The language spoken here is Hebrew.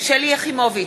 שלי יחימוביץ,